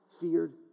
feared